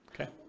Okay